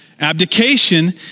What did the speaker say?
Abdication